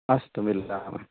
अस्तु मिलामः